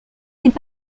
n’est